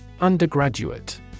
Undergraduate